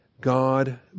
God